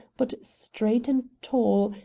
but straight and tall,